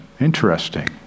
Interesting